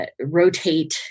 rotate